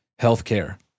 healthcare